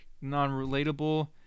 non-relatable